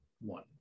one